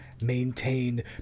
maintained